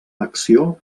acció